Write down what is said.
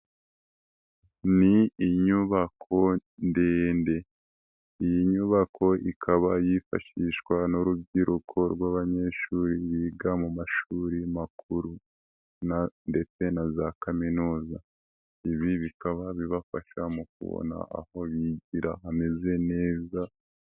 Ni inyubako ndende iyi nyubako ikaba yifashishwa n'urubyiruko rw'abanyeshuri biga mu mashuri makuru ndetse na za kaminuza, ibi bikaba bibafasha mu kubona aho bigira hameze neza.